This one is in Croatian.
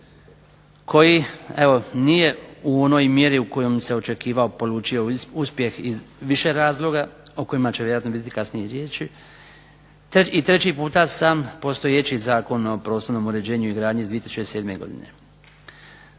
koji evo nije u onoj mjeri u kojoj se očekivao polučio uspjeh iz više razloga o kojima će kasnije vjerojatno biti više riječi i treći puta sam postojeći Zakon o prostornom uređenju i gradnji iz 2007. godine.